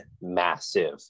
massive